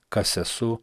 kas esu